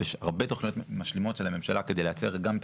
יש הרבה תכניות משלימות של הממשלה כדי לייצר גם את